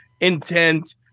intent